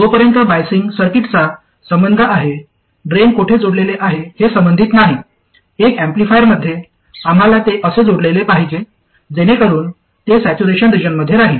जोपर्यंत बायसिंग सर्किटचा संबंध आहे ड्रेन कोठे जोडलेले आहे हे संबंधित नाही एक एम्पलीफायरमध्ये आम्हाला ते असे जोडलेले पाहिजे जेणेकरून ते सॅच्युरेशन रिजनमध्ये राहील